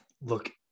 look